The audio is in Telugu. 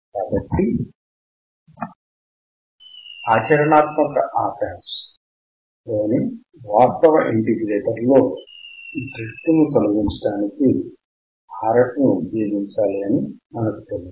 కాబట్టి ఆచరణాత్మక ఆప్ యాంప్స్లోని వాస్తవ ఇంటిగ్రేటర్లో డ్రిఫ్ట్ను తొలగించడానికి Rf ని ఉపయోగించాలి అని తెలుసు